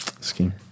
scheme